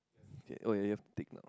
oh ya you have to take